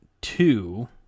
two